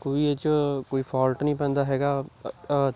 ਕੋਈ ਇਹ 'ਚ ਕੋਈ ਫੋਲਟ ਨਹੀਂ ਪੈਂਦਾ ਹੈਗਾ